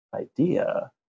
idea